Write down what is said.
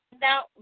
now